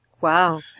Wow